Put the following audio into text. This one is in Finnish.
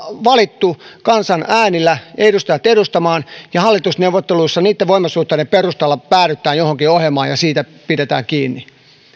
valittu kansan äänillä edustajat edustamaan ja hallitusneuvotteluissa niitten voimasuhteiden perusteella päädytään johonkin ohjelmaan ja siitä pidetään kiinni